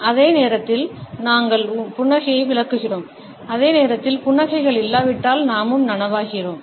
அதே நேரத்தில் நாங்கள் புன்னகையை விளக்குகிறோம் அதே நேரத்தில் புன்னகைகள் இல்லாவிட்டால் நாமும் நனவாகிறோம்